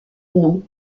nom